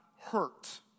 hurt